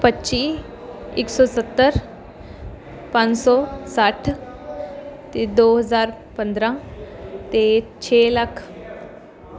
ਪੱਚੀ ਇੱਕ ਸੌ ਸੱਤਰ ਪੰਜ ਸੌ ਸੱਠ ਅਤੇ ਦੋ ਹਜ਼ਾਰ ਪੰਦਰਾਂ ਅਤੇ ਛੇ ਲੱਖ